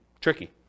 tricky